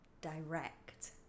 Direct